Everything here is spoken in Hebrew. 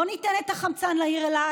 בואו ניתן חמצן לעיר אילת.